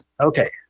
Okay